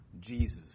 Jesus